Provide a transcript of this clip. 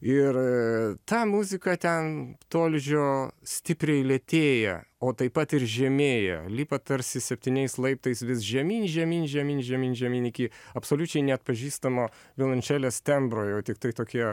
ir ta muzika ten tolydžio stipriai lėtėja o taip pat ir žemėja lipa tarsi septyniais laiptais vis žemyn žemyn žemyn žemyn žemyn iki absoliučiai neatpažįstamo violončelės tembro jau tiktai tokie